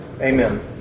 Amen